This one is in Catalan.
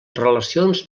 relacions